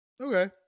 Okay